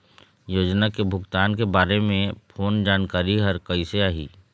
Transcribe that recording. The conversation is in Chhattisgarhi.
योजना के भुगतान के बारे मे फोन जानकारी हर कइसे आही?